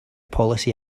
policy